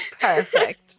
Perfect